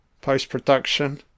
post-production